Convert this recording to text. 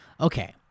Okay